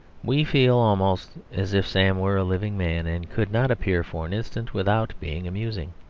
we feel almost as if sam were a living man, and could not appear for an instant without being amusing.